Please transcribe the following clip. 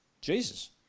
Jesus